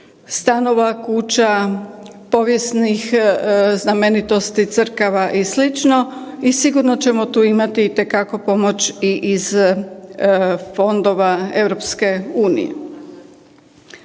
stanova, kuća, povijesnih znamenitosti, crkava i sl. i sigurno ćemo tu imati itekako pomoć i iz fondova EU.